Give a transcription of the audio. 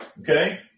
Okay